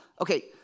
Okay